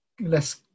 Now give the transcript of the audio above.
less